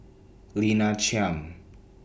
Lina Chiam